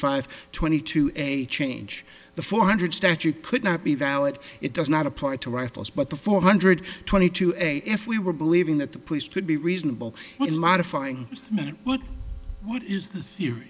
five twenty two a change the four hundred statute could not be valid it does not apply to rifles but the four hundred twenty two a if we were believing that the police could be reasonable in modifying what